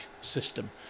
system